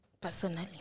Personally